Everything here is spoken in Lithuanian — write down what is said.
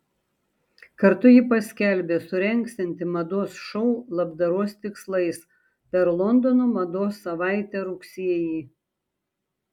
kartu ji paskelbė surengsianti mados šou labdaros tikslais per londono mados savaitę rugsėjį